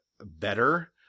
better